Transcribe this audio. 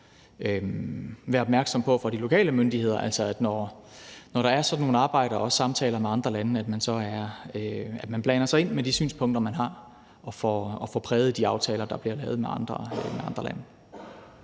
at være opmærksom på fra de lokale myndigheders side, at man, når der er sådan nogle arbejder og samtaler med andre lande, blander sig og byder ind med de synspunkter, man har, og får præget de aftaler, der bliver lavet med andre lande.